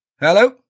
Hello